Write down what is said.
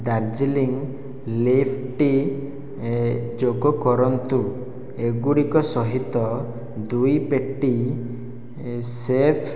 Darjeeling leaf tea ଯୋଗ କରନ୍ତୁ ଏଗୁଡ଼ିକ ସହିତ ଦୁଇ ପେଟି ଶେଫ୍